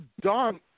Don